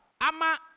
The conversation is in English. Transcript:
ama